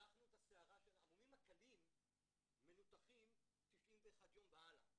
המומים הקלים מנותחים מגיל 91 יום והלאה.